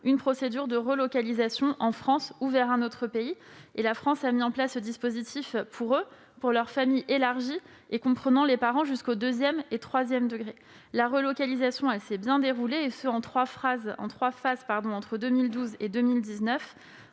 une procédure de relocalisation en France ou dans un autre pays. La France a mis en place ce dispositif pour eux, pour leur famille élargie et comprenant les parents jusqu'aux deuxième et troisième degrés. La relocalisation s'est bien déroulée, et elle s'est faite en trois phases entre 2012 et 2019.